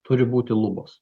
turi būti lubos